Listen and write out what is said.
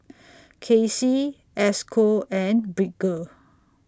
Casie Esco and Bridger